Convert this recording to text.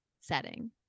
setting